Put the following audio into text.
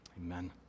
Amen